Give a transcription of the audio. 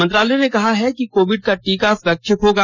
मंत्रालय ने कहा है कि कोविड का टीका स्वैच्छिक होगा